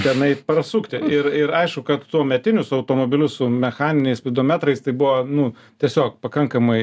tenai prasukti ir ir aišku kad tuometinius automobilius su mechaniniais spidometrais tai buvo nu tiesiog pakankamai